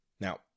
Now